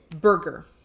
burger